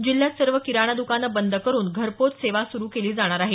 जिल्ह्यात सर्व किराणा द्कानं बंद करून घरपोच सेवा सुरू केली जाणार आहे